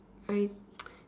I